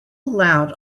allowed